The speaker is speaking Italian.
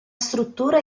struttura